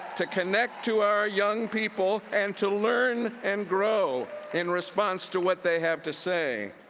to connect to our young people, and to learn and grow in response to what they have to say.